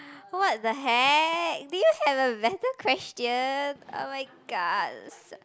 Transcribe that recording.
what the heck do you have a better question oh-my-gods